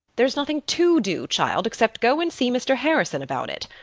there's nothing to do, child, except go and see mr. harrison about it.